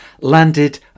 landed